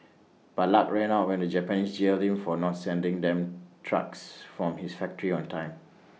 but luck ran out when the Japanese jailed him for not sending them trucks from his factory on time